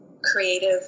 creative